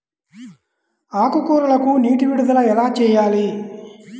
ఆకుకూరలకు నీటి విడుదల ఎలా చేయాలి?